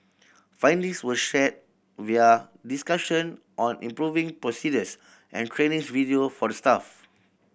findings were shared via discussion on improving procedures and video for the staff